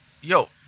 yo